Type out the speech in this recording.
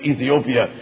Ethiopia